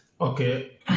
Okay